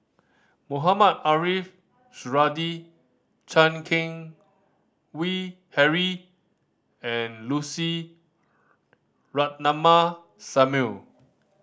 Mohamed Ariff Suradi Chan Keng Howe Harry and Lucy Ratnammah Samuel